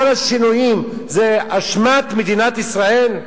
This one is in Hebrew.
כל השינויים זה אשמת מדינת ישראל?